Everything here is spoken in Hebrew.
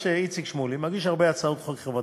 יש איציק שמולי, מגיש הרבה הצעות חוק חברתיות.